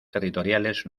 territoriales